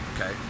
okay